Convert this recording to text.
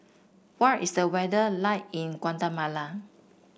what is the weather like in Guatemala